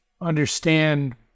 understand